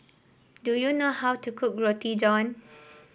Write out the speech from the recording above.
do you know how to cook Roti John